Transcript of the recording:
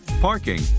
parking